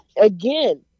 Again